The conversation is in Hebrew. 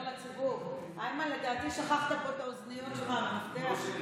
חברת הכנסת אורנה ברביבאי, בבקשה.